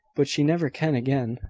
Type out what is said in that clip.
but she never can again.